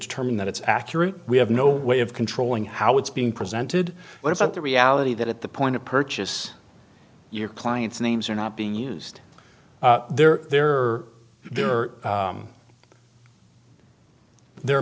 determine that it's accurate we have no way of controlling how it's being presented what about the reality that at the point of purchase your client's names are not being used they're there are there are there are